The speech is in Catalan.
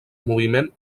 moviment